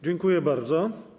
Dziękuję bardzo.